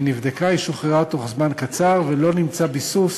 היא נבדקה ושוחררה בתוך זמן קצר ולא נמצא ביסוס